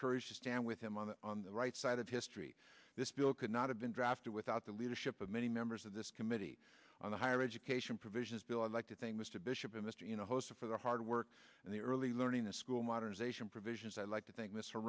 courage to stand with him on the on the right side of history this bill could not have been drafted without the leadership of many members of this committee on the higher education provisions bill i'd like to thank mr bishop in this you know host for the hard work and the early learning the school modernization provisions i'd like to think